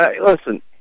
listen